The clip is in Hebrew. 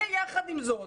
יחד עם זאת,